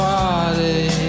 body